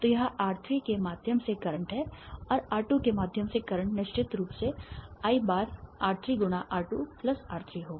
तो यह R3 के माध्यम से करंट है और R2 के माध्यम से करंट निश्चित रूप से I बार R3 गुणा R2 प्लस R3 होगा